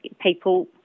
people